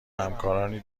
همکارانی